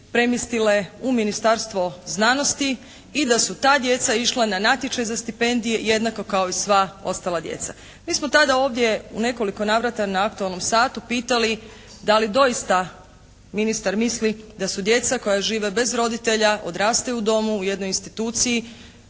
premjestile u Ministarstvo znanosti i da su ta djeca išla na natječaj za stipendije jednako kao i sva ostala djeca. Mi smo tada ovdje u nekoliko navrata na aktualnom satu pitali da li doista ministar misli da su djeca koja žive bez roditelja, odrastaju u domu, u jednoj instituciji